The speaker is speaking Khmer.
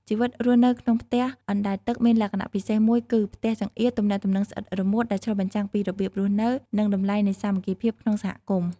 ជីវិតរស់នៅក្នុងផ្ទះអណ្ដែតទឹកមានលក្ខណៈពិសេសមួយគឺ "ផ្ទះចង្អៀត ទំនាក់ទំនងស្អិតរមួត" ដែលឆ្លុះបញ្ចាំងពីរបៀបរស់នៅ និងតម្លៃនៃសាមគ្គីភាពក្នុងសហគមន៍។